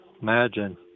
Imagine